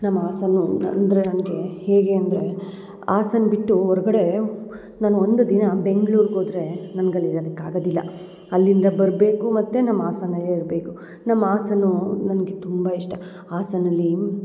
ನಮ್ಮ ಹಾಸನ್ನು ಅಂದರೆ ನನಗೆ ಹೇಗೆ ಅಂದರೆ ಹಾಸನ ಬಿಟ್ಟು ಹೊರ್ಗಡೇ ನಾನು ಒಂದು ದಿನ ಬೆಂಗ್ಳೂರ್ಗೆ ಹೋದ್ರೇ ನನ್ಗೆ ಅಲ್ಲಿ ಇರೋದಕ್ ಆಗೋದಿಲ್ಲ ಅಲ್ಲಿಂದ ಬರಬೇಕು ಮತ್ತು ನಮ್ಮ ಹಾಸನಲ್ಲೆ ಇರಬೇಕು ನಮ್ಮ ಹಾಸನ್ನೂ ನನಗೆ ತುಂಬ ಇಷ್ಟ ಹಾಸನಲ್ಲೀ